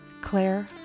Claire